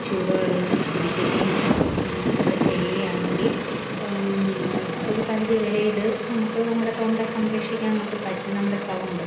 ചൂടുവെള്ളം കുടിക്കുകയും ഒക്കെ ചെയ്യുകയാണെങ്കിൽ നമ്മൾ ഒരു പരിധി വരെ ഇത് നമുക്ക് നമ്മുടെ തൊണ്ട സംരക്ഷിക്കാൻ നമുക്ക് പറ്റും നമ്മുടെ സൗണ്ട്